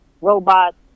robots